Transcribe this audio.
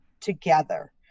together